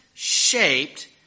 shaped